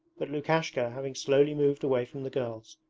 but lukashka, having slowly moved away from the girls,